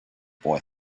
boy